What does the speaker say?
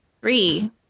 Three